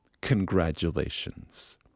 Congratulations